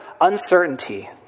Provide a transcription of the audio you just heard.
uncertainty